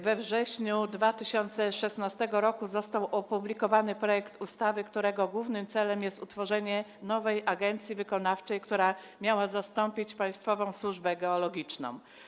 We wrześniu 2016 r. został opublikowany projekt ustawy, którego głównym celem jest utworzenie nowej agencji wykonawczej, która miałaby zastąpić państwową służbę geologiczną.